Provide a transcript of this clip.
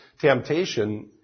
temptation